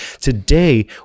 Today